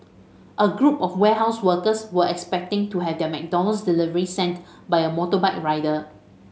a group of warehouse workers were expecting to have their McDonald's delivery sent by a motorbike rider